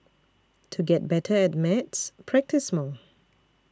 to get better at maths practise more